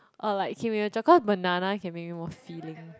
or like King William chocolate cause banana can make you more filling